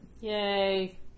Yay